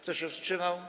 Kto się wstrzymał?